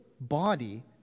body